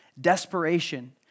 desperation